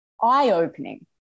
eye-opening